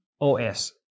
OS